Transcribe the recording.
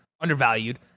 undervalued